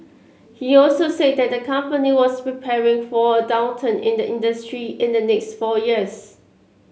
he also said that the company was preparing for a downturn in the industry in the next four years